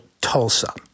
Tulsa